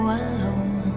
alone